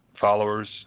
followers